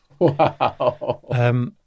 wow